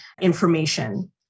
information